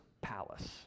palace